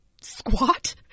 squat